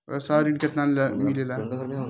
व्यवसाय ऋण केतना ले मिली?